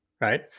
Right